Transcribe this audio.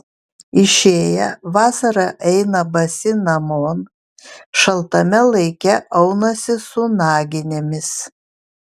išėję vasarą eina basi namon šaltame laike aunasi su naginėmis